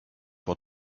was